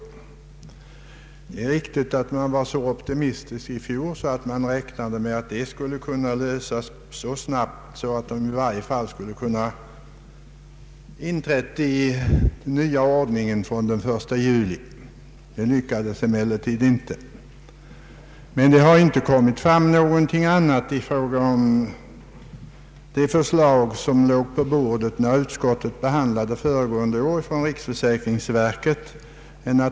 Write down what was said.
Det är riktigt att man i fjol var så optimistisk att man räknade med att problemet skulle kunna lösas så snabbt att läkarna kunnat inordnas i det nya systemet från och med den 1 juli i år. Det lyckades emellertid inte. Det förslag beträffande läkarnas medverkan som framlades av riksförsäkringsverket har efter utskottets behandling föregående år varit utsänt på remiss.